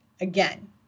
Again